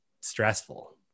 stressful